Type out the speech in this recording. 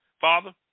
Father